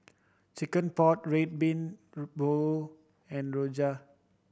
chicken pot Red Bean Bao and rojak